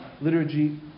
liturgy